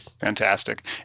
Fantastic